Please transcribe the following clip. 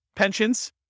Pensions